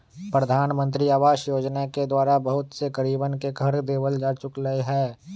प्रधानमंत्री आवास योजना के द्वारा बहुत से गरीबन के घर देवल जा चुक लय है